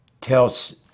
tells